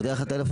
בכול יישוב,